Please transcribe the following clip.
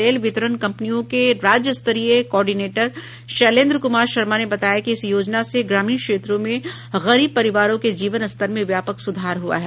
तेल वितरण कम्पनियों के राज्य स्तरीय कॉडिनेटर शैलेन्द्र कुमार शर्मा ने बताया कि इस योजना से ग्रामीण क्षेत्रों में गरीब परिवारों के जीवन स्तर में व्यापक सुधार हुआ है